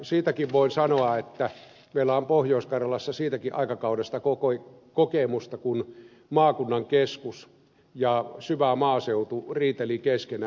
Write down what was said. siitäkin voin sanoa että meillä on pohjois karjalassa siitäkin aikakaudesta kokemusta kun maakunnan keskus ja syvä maaseutu riitelivät keskenään